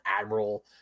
admiral